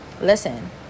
listen